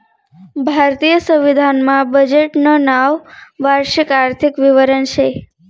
भारतीय संविधान मा बजेटनं नाव वार्षिक आर्थिक विवरण शे